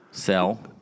sell